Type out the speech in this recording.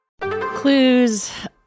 Clues